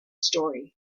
story